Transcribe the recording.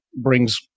brings